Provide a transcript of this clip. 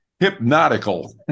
hypnotical